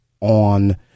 on